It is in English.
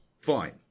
fine